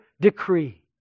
decree